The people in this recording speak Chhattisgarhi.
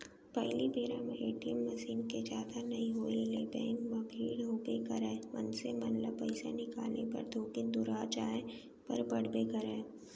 पहिली बेरा म ए.टी.एम मसीन के जादा नइ होय ले बेंक म भीड़ होबे करय, मनसे मन ल पइसा निकाले बर थोकिन दुरिहा जाय बर पड़बे करय